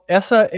essa